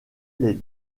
les